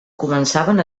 començaven